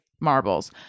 marbles